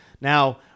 Now